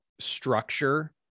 structure